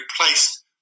replaced